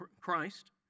Christ